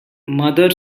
mother